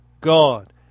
God